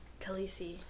Khaleesi